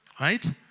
Right